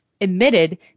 admitted